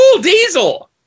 diesel